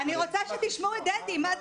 גם בחוץ על פי מתווה של קפסולה של 20 וגם בפנים